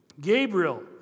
Gabriel